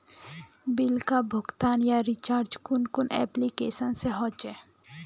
Bill का भुगतान या रिचार्ज कुन कुन एप्लिकेशन से होचे?